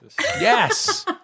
Yes